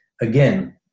Again